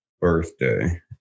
birthday